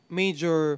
major